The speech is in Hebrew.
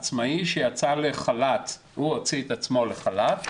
עצמאי שהוציא את עצמו לחל"ת,